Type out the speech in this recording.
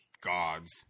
gods